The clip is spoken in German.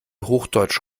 hochdeutsch